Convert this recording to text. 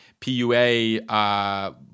PUA